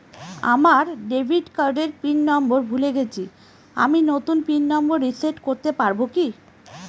আমার ডেবিট কার্ডের PIN number ভুলে গেছি আমি নূতন পিন নম্বর রিসেট করতে পারবো কি?